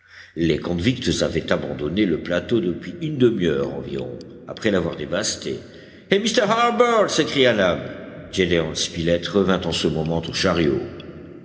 les convicts avaient abandonné le plateau depuis une demi-heure environ après l'avoir dévasté et m harbert s'écria nab gédéon spilett revint en ce moment au chariot